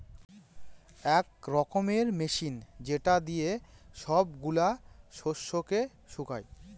এক রকমের মেশিন যেটা দিয়ে সব গুলা শস্যকে শুকায়